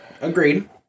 agreed